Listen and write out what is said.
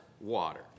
water